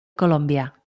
colombia